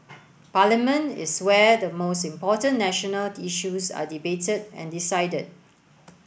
parliament is where the most important national issues are debated and decided